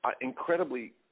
incredibly